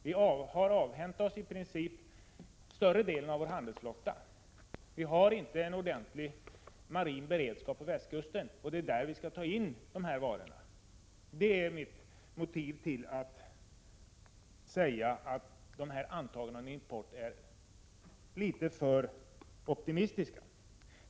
Vi har i princip avhänt oss större delen av vår handelsflotta, och vi har inte någon ordentlig marin beredskap på västkusten, där vi ju skall ta in dessa varor. Detta är motivet till att jag anser att de här antagandena om importen är litet för optimistiska.